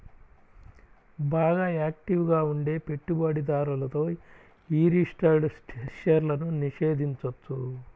బాగా యాక్టివ్ గా ఉండే పెట్టుబడిదారులతో యీ రిజిస్టర్డ్ షేర్లను నిషేధించొచ్చు